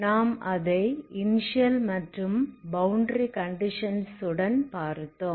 நாம் அதை இனிஸியல் மற்றும் பௌண்டரி கண்டிஷன்ஸ் உடன் பார்த்தோம்